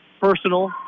personal